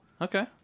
Okay